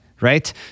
right